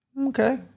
Okay